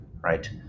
Right